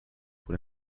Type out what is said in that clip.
pour